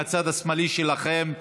מהצד השמאלי שלכם,